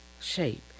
shape